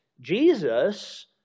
Jesus